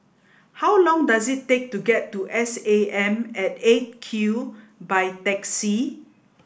how long does it take to get to S A M at eight Q by taxi